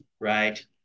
right